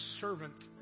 servant